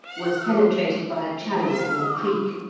was penetrated by a channel or creek,